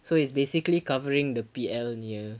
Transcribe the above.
so it's basically covering the P_L punya